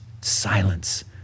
silence